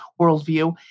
worldview